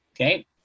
Okay